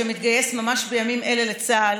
שמתגייס ממש בימים אלה לצה"ל,